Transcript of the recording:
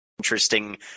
interesting